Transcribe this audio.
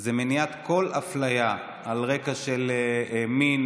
זה מניעת כל אפליה על רקע של מין,